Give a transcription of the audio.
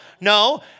no